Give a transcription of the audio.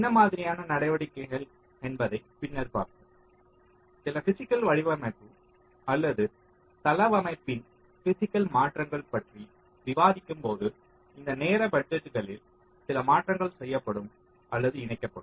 என்ன மாதிரியான நடவடிக்கைகள் என்பதைப் பின்னர் பார்ப்போம் சில பிஸிக்கல் வடிவமைப்பு அல்லது தளவமைப்பின் பிஸிக்கல் மாற்றங்கள் பற்றி விவாதிக்கும்போது இந்த நேர பட்ஜெட்களில் சில மாற்றங்கள் செய்யப்படும் அல்லது இணைக்கப்படும்